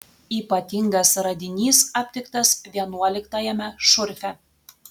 ypatingas radinys aptiktas vienuoliktajame šurfe